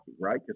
right